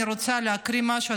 אני רוצה להקריא משהו,